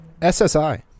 SSI